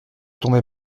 tombait